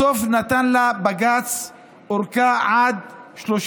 בסוף בג"ץ נתן לה ארכה עד 31